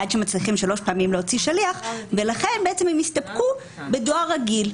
עד שמצליחים שלוש פעמים להוציא שליח ולכן הם הסתפקו בדואר רגיל.